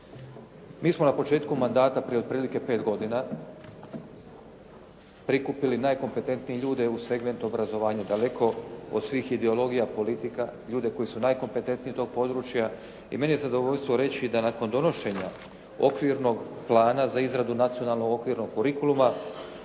Mi smo na početku mandata prije otprilike pet godina prikupili najkompetentnije ljude u segment obrazovanja daleko od svih ideologija, politika, ljude koji su najkompetentniji u tom području. I meni je zadovoljstvo reći da nakon donošenja okvirnog plana za izradu nacionalnog okvirnog kurikuluma